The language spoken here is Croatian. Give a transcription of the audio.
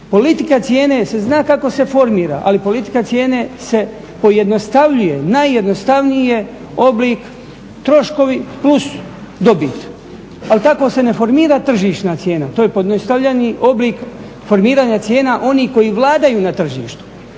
Politika cijene se zna kako se formira, ali politika cijene se pojednostavljuje, najjednostavniji je oblik troškovi plus dobit. Ali tako se ne formira tržišna cijena, to je pojednostavljeni oblik formiranja cijena onih koji vladaju na tržištu.